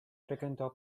frequentò